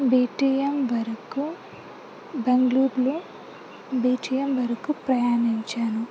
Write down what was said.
be T M వరకు బెంగళూరులో B T M వరకు ప్రయాణించాను